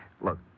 Look